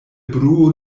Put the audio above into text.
bruo